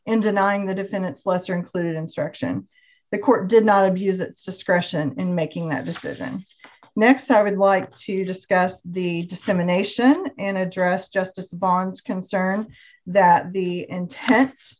in denying the defendants lesser included instruction the court did not abuse its discretion in making that decision next i would like to discuss the dissemination and address justice bond's concern that the intense